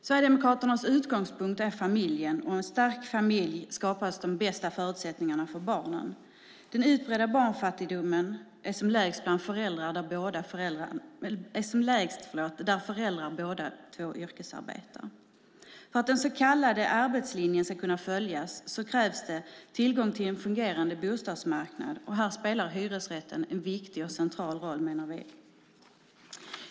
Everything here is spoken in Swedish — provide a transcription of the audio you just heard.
Sverigedemokraternas utgångspunkt är familjen, och en stark familj skapar de bästa förutsättningarna för barnen. Den utbredda barnfattigdomen är som lägst där båda föräldrarna yrkesarbetar. För att den så kallade arbetslinjen ska följas krävs tillgång till en fungerande bostadsmarknad. Här spelar hyresrätten en viktig och central roll.